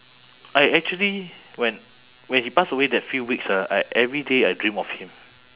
I actually when when he passed away that few weeks ah I every day I dream of him